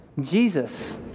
Jesus